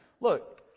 Look